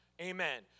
Amen